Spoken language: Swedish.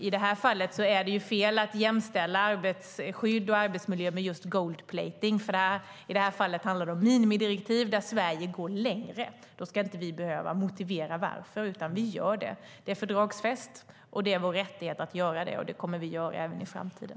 I det här fallet är det fel att jämställa arbetsskydd och arbetsmiljö med just gold-plating, utan här handlar det om minimidirektiv där Sverige går längre. Då ska vi inte behöva motivera varför, utan vi gör det. Det är fördragsfäst, och det är vår rättighet att göra det. Det kommer vi att göra även i framtiden.